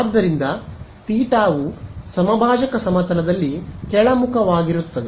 ಆದ್ದರಿಂದ ತೀಟಾವು ಸಮಭಾಜಕ ಸಮತಲದಲ್ಲಿ ಕೆಳಮುಖವಾಗಿರುತ್ತದೆ